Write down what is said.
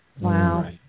Wow